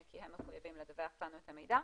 כי הם מחויבים לדווח לנו את המידע,